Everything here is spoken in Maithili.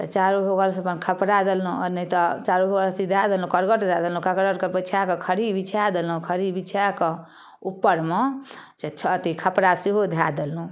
तऽ चारू बगलसँ अपन खपरा देलहुँ आओर नहि तऽ चारू बगलसँ अथी दए देलहुँ करबट दए देलहुँ करबटके बिछाकऽ खरही बिछा देलहुँ खरही बिछाकऽ उपरमे से छत अथी खपरा सेहो धए धेलहुँ